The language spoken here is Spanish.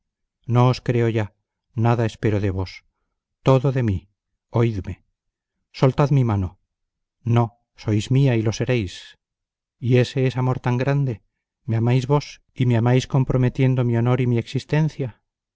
os creo ya nada espero de vos todo de mí oídme soltad mi mano no sois mía y lo seréis y ése es amor tan grande me amáis vos y me amáis comprometiendo mi honor y mi existencia